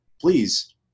please